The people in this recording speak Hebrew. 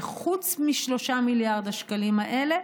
וחוץ מ-3 מיליארד השקלים האלה